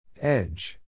Edge